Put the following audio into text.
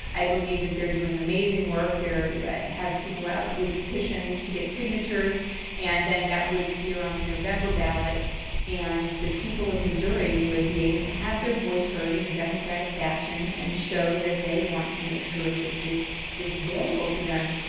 i believe that they're doing amazing work, they yeah have people out with petitions to get signatures and then that would appear on the november ballot and the people of missouri would be able to have their voice heard in a democratic fashion and show that they want to make sure that this is available to them.